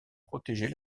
protéger